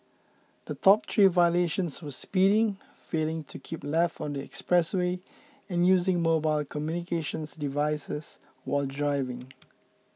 the top three violations were speeding failing to keep left on the expressway and using mobile communications devices while driving